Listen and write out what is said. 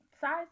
size